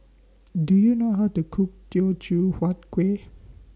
Do YOU know How to Cook Teochew Huat Kueh